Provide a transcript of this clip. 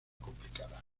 complicada